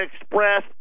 Express